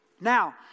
Now